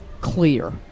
clear